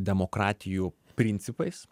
demokratijų principais